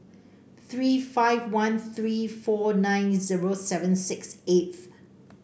three five one three four nine zero seven six eight